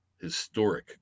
Historic